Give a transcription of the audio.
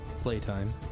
playtime